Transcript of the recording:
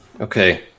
Okay